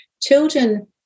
children